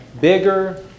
bigger